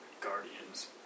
guardians